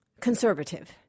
conservative